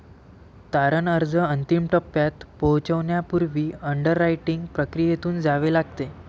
तारण अर्ज अंतिम टप्प्यात पोहोचण्यापूर्वी अंडररायटिंग प्रक्रियेतून जावे लागते